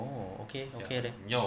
oh okay okay leh